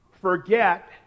forget